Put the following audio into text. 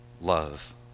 love